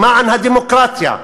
למען הדמוקרטיה,